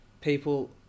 people